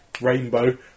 Rainbow